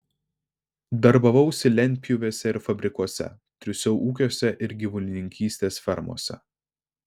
darbavausi lentpjūvėse ir fabrikuose triūsiau ūkiuose ir gyvulininkystės fermose